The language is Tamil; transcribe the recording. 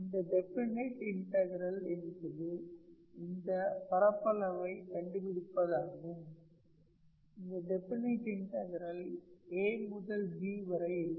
இந்த டெஃபனைட் இன்டகரல் என்பது இந்தப் பரப்பளவை கண்டுபிடிப்பதாகும் இங்கு டெஃபனைட் இன்டகரல் a முதல் b வரை இருக்கும்